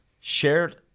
Shared